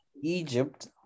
Egypt